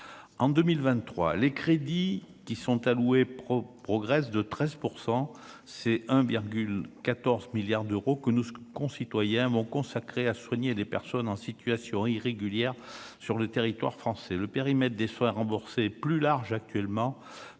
en 2023 les crédits qui sont alloués pro-progresse de 13 % c'est 1,14 milliards d'euros que nous concitoyens mon consacré à soigner les personnes en situation irrégulière sur le territoire français, le périmètre des soins remboursés plus large actuellement